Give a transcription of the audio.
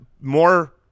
more